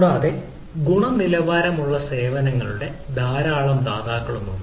കൂടാതെ ഗുണനിലവാരമുള്ള സേവനങ്ങളുടെ ധാരാളം ദാതാക്കളും ഉണ്ട്